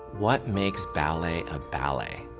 what makes ballet a ballet?